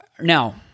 now